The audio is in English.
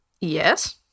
Yes